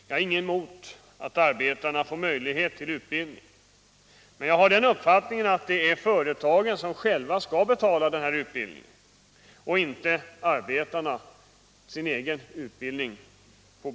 Jag har inget emot att arbetarna får möjlighet till utbildning, men jag har den uppfattningen att det är företagen som själva skall betala denna utbildning och inte arbetarna via statskassan.